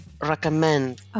recommend